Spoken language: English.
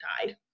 died